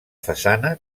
façana